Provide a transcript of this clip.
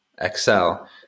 Excel